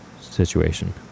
situation